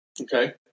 okay